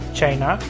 China